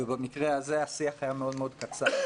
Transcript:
ובמקרה הזה השיח היה מאוד מאוד קצר.